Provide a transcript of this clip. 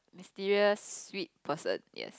mysterious sweet person yes